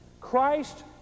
Christ